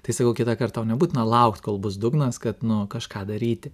tai sakau kitą kart tau nebūtina laukt kol bus dugnas kad nu kažką daryti